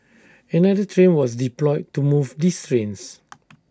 another train was deployed to move these trains